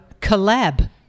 collab